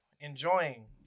enjoying